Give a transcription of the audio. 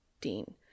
Dean